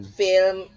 film